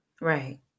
Right